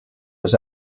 was